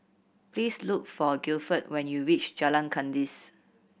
please look for Guilford when you reach Jalan Kandis